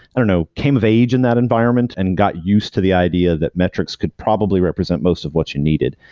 i don't know, came of age in that environment and got used to the idea that metrics could probably represent most of what you needed.